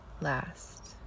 last